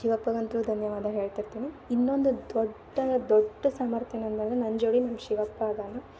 ಶಿವಪ್ಪಗಂತೂ ಧನ್ಯವಾದ ಹೇಳ್ತಿರ್ತೀನಿ ಇನ್ನೊಂದು ದೊಡ್ಡ ದೊಡ್ಡ ಸಾಮರ್ಥ್ಯ ನಂದು ಅಂದರೆ ನನ್ನ ಜೊಡಿ ನಮ್ಮ ಶಿವಪ್ಪ ಅದಾನ